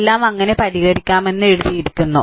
എല്ലാം എങ്ങനെ പരിഹരിക്കാമെന്ന് എഴുതിയിരിക്കുന്നു